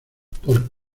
por